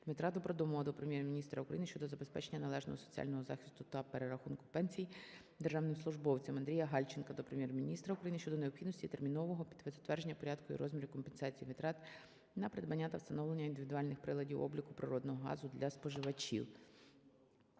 ДмитраДобродомова до Прем'єр-міністра України щодо забезпечення належного соціального захисту та перерахунку пенсій державним службовцям. АндріяГальченка до Прем'єр-міністра України щодо необхідності термінового затвердження порядку і розмірів компенсації витрат на придбання та встановлення індивідуальних приладів обліку природного газу для споживачів.